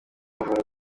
avura